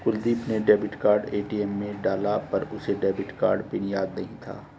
कुलदीप ने debit card ATM में डाला पर उसे डेबिट कार्ड पिन याद नहीं था